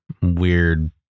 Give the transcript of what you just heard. weird